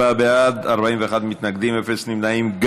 34 בעד, 41 נגד, אין נמנעים.